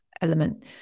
element